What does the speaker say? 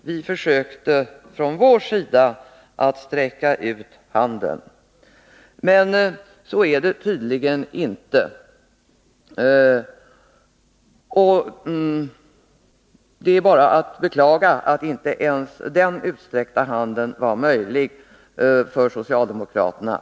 Vi gjorde alltså ett försök att sträcka ut Nr 49 handen. Men, och det är bara att beklaga, socialdemokraterna var tydligen Tisdagen den inte beredda att ta denna utsträckta hand.